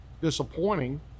disappointing